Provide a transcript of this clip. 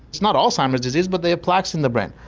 it's not alzheimer's disease but they have plaques in the brain,